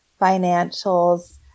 financials